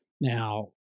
Now